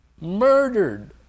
murdered